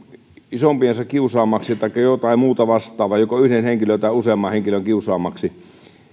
isompiensa kiusaamaksi taikka jotain muuta vastaavaa joko yhden henkilön tai useamman henkilön kiusaamaksi